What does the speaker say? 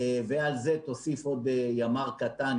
ועל זה תוסיף עוד ימ"ר קטן,